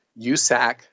USAC